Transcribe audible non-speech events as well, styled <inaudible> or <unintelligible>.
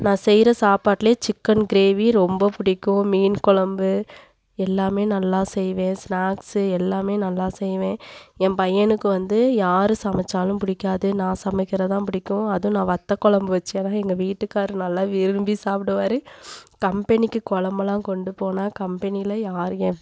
நான் செய்யுற சாப்பாட்டுலயே சிக்கன் கிரேவி ரொம்ப பிடிக்கும் மீன் கொழம்பு எல்லாமே நல்லா செய்வேன் ஸ்நாக்ஸ் எல்லாமே நல்லா செய்வேன் என் பையனுக்கு வந்து யார் சமைத்தாலும் பிடிக்காது நான் சமைக்கிறதுதான் பிடிக்கும் அதுவும் நான் வத்தக்கொழம்பு வச்சேன்னா எங்க வீட்டுக்கார் நல்லா விரும்பி சாப்பிடுவாரு கம்பெனிக்கு கொழம்புலாம் கொண்டு போனால் கம்பெனியில யார் <unintelligible>